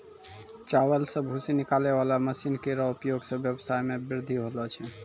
चावल सें भूसी निकालै वाला मसीन केरो उपयोग सें ब्यबसाय म बृद्धि होलो छै